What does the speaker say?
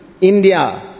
India